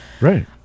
right